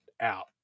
out